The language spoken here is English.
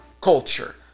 culture